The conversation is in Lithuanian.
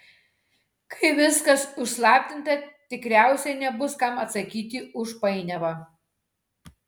kai viskas užslaptinta tikriausiai nebus kam atsakyti už painiavą